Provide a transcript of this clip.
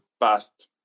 past